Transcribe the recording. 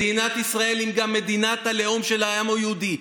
מדינת ישראל היא גם מדינת הלאום של העם היהודי.